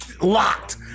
locked